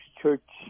Church